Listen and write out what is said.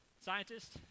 Scientist